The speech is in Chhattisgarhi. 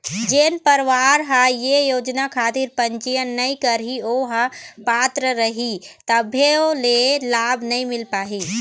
जेन परवार ह ये योजना खातिर पंजीयन नइ करही ओ ह पात्र रइही तभो ले लाभ नइ मिल पाही